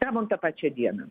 gavom tą pačią dieną